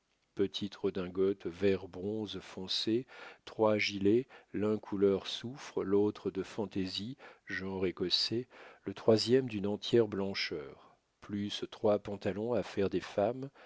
petite redingote vert bronze foncé trois gilets l'un couleur soufre l'autre de fantaisie genre écossais le troisième d'une entière blancheur plus trois pantalons à faire des femmes